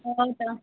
ହେଉ ତ